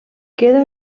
queda